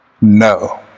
no